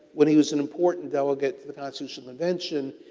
when he was an important delegate for the constitutional convention,